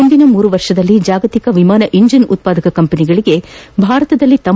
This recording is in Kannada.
ಮುಂದಿನ ಮೂರು ವರ್ಷಗಳಲ್ಲಿ ಜಾಗತಿಕ ವಿಮಾನ ಇಂಜಿನ್ ಉತ್ವಾದಕ ಕಂಪನಿಗಳಿಗೆ ಭಾರತದಲ್ಲಿ ತಮ್ಮ